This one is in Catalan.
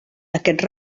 aquests